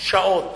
שעות